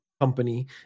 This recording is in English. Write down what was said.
company